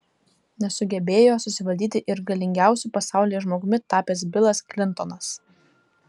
nesugebėjo susivaldyti ir galingiausiu pasaulyje žmogumi tapęs bilas klintonas